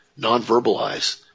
nonverbalize